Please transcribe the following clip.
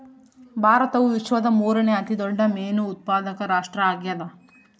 ಭಾರತವು ವಿಶ್ವದ ಮೂರನೇ ಅತಿ ದೊಡ್ಡ ಮೇನು ಉತ್ಪಾದಕ ರಾಷ್ಟ್ರ ಆಗ್ಯದ